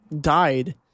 died